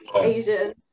asian